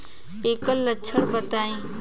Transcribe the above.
एकर लक्षण बताई?